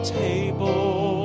table